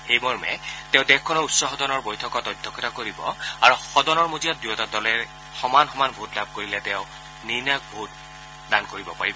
সেইমৰ্মে তেওঁ দেশখনৰ উচ্চ সদনৰ বৈঠকত অধ্যক্ষতা কৰিব আৰু সদনৰ মজিয়াত দুয়োটা দলে সমান সমান ভোট লাভ কৰিলে তেওঁ নিৰ্ণায়ক ভোট দান কৰিব পাৰিব